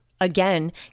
again